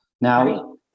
Now